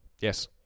Yes